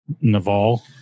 Naval